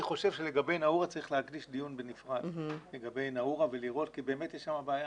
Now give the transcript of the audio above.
אני חושב שלגבי נאעורה צריך להקדיש דיון בנפרד כי יש שם בעיה.